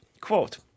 Quote